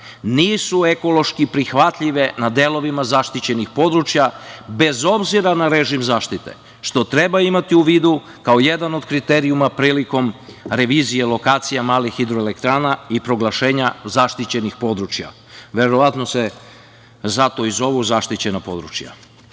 nisu ekološki prihvatljive na delovima zaštićenih područja bez obzira na režim zaštite, što treba imati u vidu kao jedan od kriterijuma prilikom revizije lokacija malih hidroelektrana i proglašenja zaštićenih područja. Verovatno se zato i zovu zaštićena područja. Sve